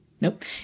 Nope